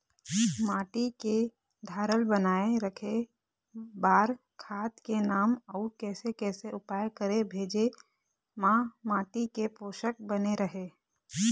माटी के धारल बनाए रखे बार खाद के नाम अउ कैसे कैसे उपाय करें भेजे मा माटी के पोषक बने रहे?